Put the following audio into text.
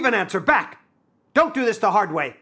even answer back don't do this the hard way